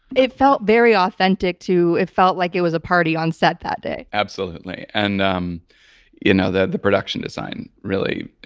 it felt very authentic, too. it felt like it was a party on set that day. absolutely. and um you know the the production design really.